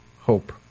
hope